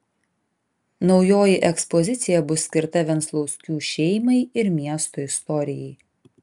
naujoji ekspozicija bus skirta venclauskių šeimai ir miesto istorijai